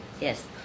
Yes